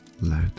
let